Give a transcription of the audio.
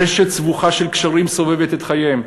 רשת סבוכה של קשרים סובבת את חייהם,